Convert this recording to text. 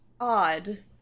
odd